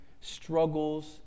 struggles